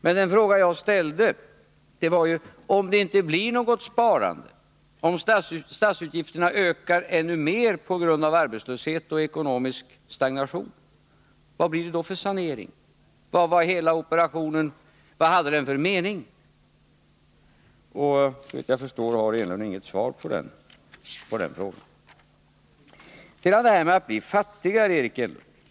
Men den fråga jag ställde var ju: Om det inte blir något sparande och om statsutgifterna ökar ännu mer på grund av arbetslöshet och ekonomisk stagnation, vad blir det då för sanering? Vad hade hela operationen då för mening? Såvitt jag förstår har Eric Enlund inget svar att ge på den frågan. Sedan till det här talet om att bli fattigare.